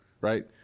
right